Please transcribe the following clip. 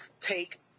take